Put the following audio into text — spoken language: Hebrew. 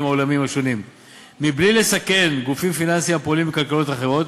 העולמיים השונים מבלי לסכן גופים פיננסיים הפועלים בכלכלות אחרות.